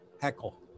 heckle